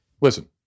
listen